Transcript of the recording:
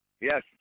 Yes